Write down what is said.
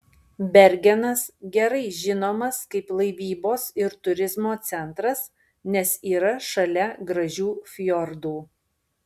bergenas gerai žinomas kaip laivybos ir turizmo centras nes yra šalia gražių fjordų